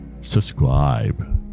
subscribe